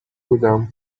بودم